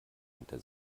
hinter